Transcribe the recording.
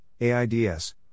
AIDS